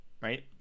right